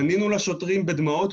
פנינו לשוטרים בדמעות,